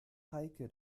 heike